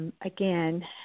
Again